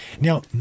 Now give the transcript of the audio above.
Now